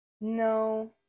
no